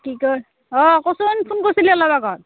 কি কয় অঁ কচোন ফোন কৰিছিলে অলপ আগত